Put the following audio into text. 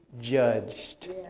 judged